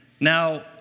Now